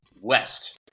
West